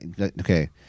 okay